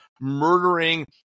murdering